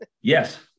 Yes